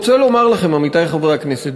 עמיתי חברי הכנסת,